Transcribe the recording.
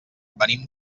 venim